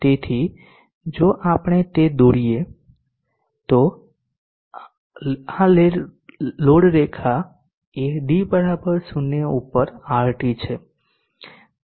તેથી જો આપણે તે દોરીએ તો આ લોડ રેખા એ d 0 પર RT છે